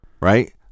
right